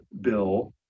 bill